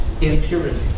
impurity